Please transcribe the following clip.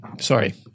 sorry